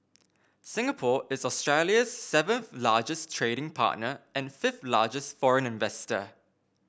Singapore is Australia's seventh largest trading partner and fifth largest foreign investor